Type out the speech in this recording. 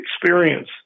experience